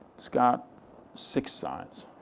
it's got six sides,